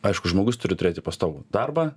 aišku žmogus turi turėti pastovų darbą